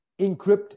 encrypt